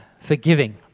forgiving